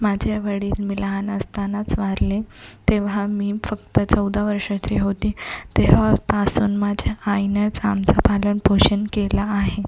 माझे वडील मी लहान असतानाच वारले तेव्हा मी फक्त चौदा वर्षाची होते तेव्हापासून माझ्या आईनंच आमचं पालनपोषण केलं आहे